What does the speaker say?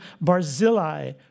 Barzillai